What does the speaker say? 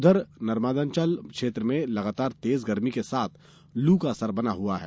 ऊधर नर्मदांचल क्षेत्र में लगातार तेज गरमी के साथ लू का असर बना हुआ है